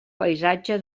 paisatge